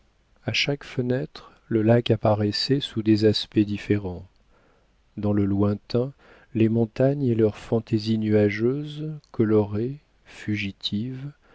a chaque fenêtre le lac apparaissait sous des aspects différents dans le lointain les montagnes et leurs fantaisies nuageuses colorées fugitives